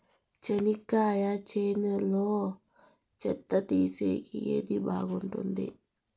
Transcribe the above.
చెనక్కాయ చేనులో చెత్త తీసేకి ఏది బాగుంటుంది?